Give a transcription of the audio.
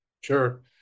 Sure